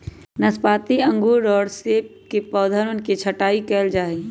नाशपाती अंगूर और सब के पौधवन के छटाई कइल जाहई